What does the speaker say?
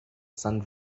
sun